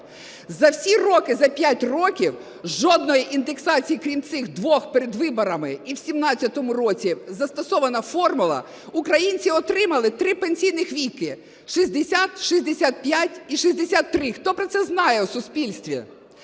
За всі роки, за 5 років, жодної індексації, крім цих двох перед виборами, і в 2017 році застосована формула, українці отримали три пенсійних віки: 60, 65 і 63. Хто про це знає у суспільстві?